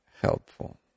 helpful